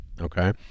Okay